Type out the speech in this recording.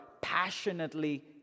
passionately